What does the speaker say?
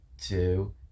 two